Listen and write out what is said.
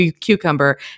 cucumber